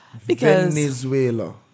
Venezuela